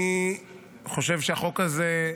אני חושב שהחוק הזה,